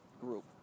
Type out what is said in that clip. group